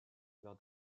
lors